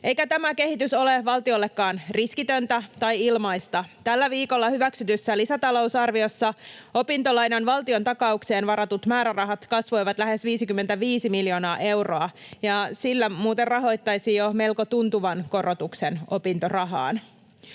eikä tämä kehitys ole valtiollekaan riskitöntä tai ilmaista. Tällä viikolla hyväksytyssä lisätalousarviossa opintolainan valtiontakaukseen varatut määrärahat kasvoivat lähes 55 miljoonaa euroa, ja sillä muuten rahoittaisi jo melko tuntuvan korotuksen opintorahaan.